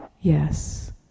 yes